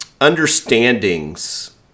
understandings